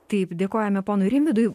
taip dėkojame ponui rimvydui